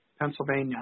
Pennsylvania